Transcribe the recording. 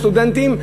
סטודנטים.